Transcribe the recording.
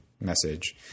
message